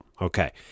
Okay